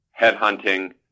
headhunting